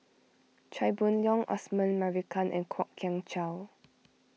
Chia Boon Leong Osman Merican and Kwok Kian Chow